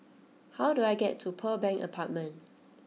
how do I get to Pearl Bank Apartment